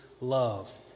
love